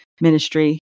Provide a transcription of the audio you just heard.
ministry